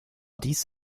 dies